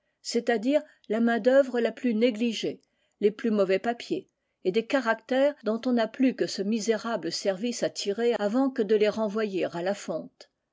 c'est-à-dire la main d'œuvre la plus négligée les plus mauvais papiers et des caractères dont on n'a plus que ce misérable service à tirer avant que de les renvoyer à la fonte